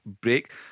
break